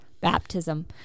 baptism